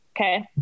okay